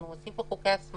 אנחנו מחוקקים פה חוקי הסמכה,